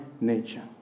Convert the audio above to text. nature